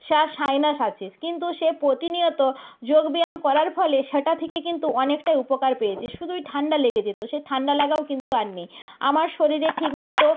sinus আছে কিন্তু সে প্রতিনিয়ত যোগব্যায়াম করার ফলে সেটা থেকে কিন্তু অনেকটাই উপকার পেয়েছে শুধুই ঠান্ডা লেগে যেত সে ঠান্ডা লাগাও কিন্তু আর নেই আমার শরীরে ঠিকমতো